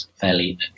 fairly